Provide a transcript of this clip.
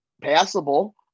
passable